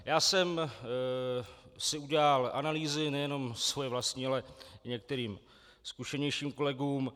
Já jsem si udělal analýzy nejenom svoje vlastní, ale některým zkušenějším kolegům.